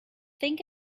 think